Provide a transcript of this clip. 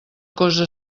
cosa